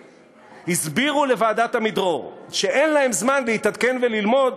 הסבירו לוועדת עמידרור שאין להם זמן להתעדכן וללמוד,